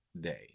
day